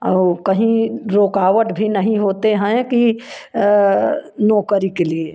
और कहीं रूकावट भी नही होते हैं कि नौकरी के लिए